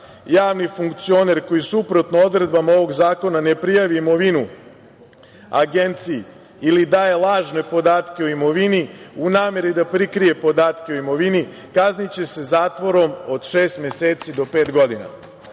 javni funkcioner koji suprotno odredbama ovog zakona ne prijavi imovinu Agenciji ili daje lažne podatke o imovini, u nameri da prikrije podatke o imovini, kazniće se zatvorom od šest meseci do pet godina. Tako